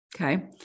Okay